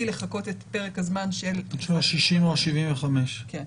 לחכות את פרק הזמן של --- ביצוע של 60 או 75. כן.